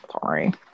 sorry